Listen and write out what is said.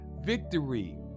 victory